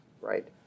right